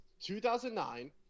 2009 –